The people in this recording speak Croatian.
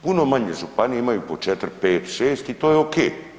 Puno manje županije imaju po 4, 5, 6 i to je ok.